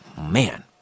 man